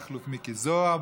מכלוף מיקי זוהר,